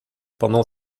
pendant